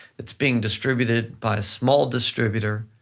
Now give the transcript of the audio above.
it's being distributed by a small distributor,